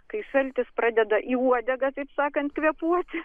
kai šaltis pradeda į uodegą taip sakant kvėpuoti